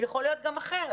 יכול להיות גם אחרת.